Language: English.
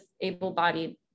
able-bodied